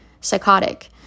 psychotic